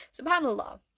SubhanAllah